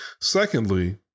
Secondly